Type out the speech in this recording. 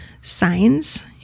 signs